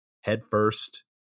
headfirst